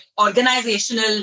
organizational